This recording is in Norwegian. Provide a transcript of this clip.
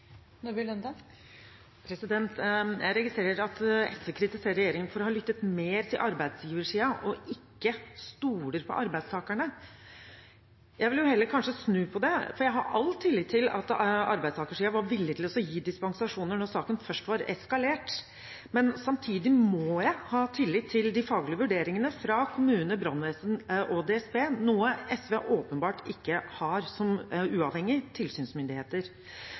Jeg registrerer at SV kritiserer regjeringen for å ha lyttet mer til arbeidsgiversiden og ikke stoler på arbeidstakerne. Jeg vil heller kanskje snu på det, for jeg har all tillit til at arbeidstakersiden var villig til å gi dispensasjoner når saken først hadde eskalert. Samtidig må jeg ha tillit til de faglige vurderingene fra kommune, brannvesen og DSB som uavhengige tilsynsmyndigheter, noe SV åpenbart ikke har.